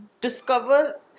discover